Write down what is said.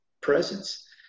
presence